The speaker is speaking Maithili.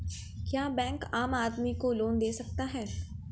क्या बैंक आम आदमी को लोन दे सकता हैं?